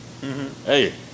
Hey